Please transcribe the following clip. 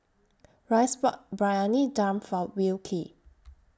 Rhys bought Briyani Dum For Wilkie